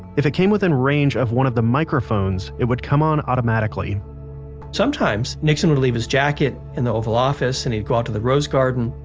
if it came within range of one of the microphones, it would come on automatically sometimes nixon would leave his jacket in the oval office and he'd go out to the rose garden.